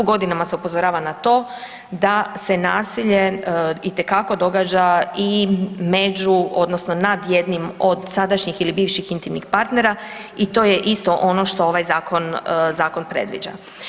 Godinama se upozorava na to da se nasilje itekako događa i među, odnosno nad jednim od sadašnjih ili bivših intimnih partnera i to je isto ono što ovaj Zakon predviđa.